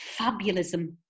fabulism